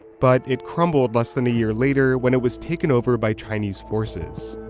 but it crumbled less than a year later when it was taken over by chinese forces.